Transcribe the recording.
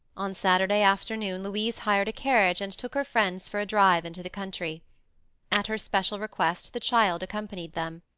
on saturday afternoon louise hired a carriage and took her friends for a drive into the country at her special request the child accompanied them.